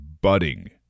budding